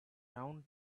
round